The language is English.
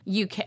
UK